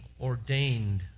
ordained